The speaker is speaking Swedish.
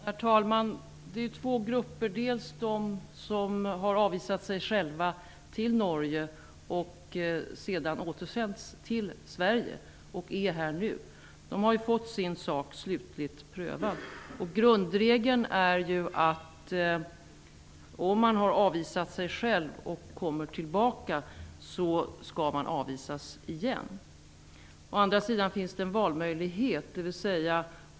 Herr talman! Det finns två grupper. Den ena är de som har avvisat sig själva till Norge och sedan återsänts till Sverige och som är här nu. De har fått sin sak slutligt prövad. Grundregeln är att om man har avvisat sig själv och kommer tillbaka skall man avvisas igen. Däremot finns det en valmöjlighet.